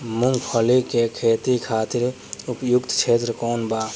मूँगफली के खेती खातिर उपयुक्त क्षेत्र कौन वा?